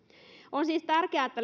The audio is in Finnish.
on siis tärkeää että